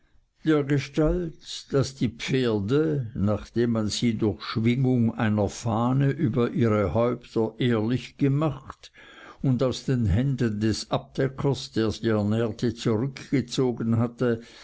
dergestalt daß die pferde nachdem man sie durch schwingung einer fahne über ihre häupter ehrlich gemacht und aus den händen des abdeckers der sie ernährte zurückgezogen hatte